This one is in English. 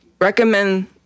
recommend